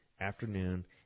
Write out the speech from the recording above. afternoon